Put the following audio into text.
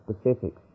specifics